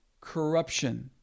corruption